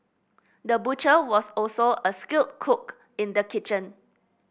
the butcher was also a skilled cook in the kitchen